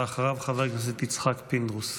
ואחריו, חבר הכנסת יצחק פינדרוס.